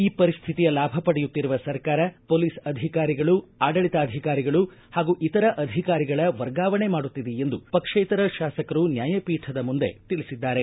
ಈ ಪರಿಸ್ಥಿತಿಯ ಲಾಭ ಪಡೆಯುತ್ತಿರುವ ಸರ್ಕಾರ ಪೊಲೀಸ್ ಅಧಿಕಾರಿಗಳು ಆಡಳಿತಾಧಿಕಾರಿಗಳು ಹಾಗೂ ಇತರ ಅಧಿಕಾರಿಗಳ ವರ್ಗಾವಣೆ ಮಾಡುತ್ತಿದೆ ಎಂದು ಪಕ್ಷೇತರ ಶಾಸಕರು ನ್ಯಾಯಪೀಠದ ಮುಂದೆ ತಿಳಿಸಿದ್ದಾರೆ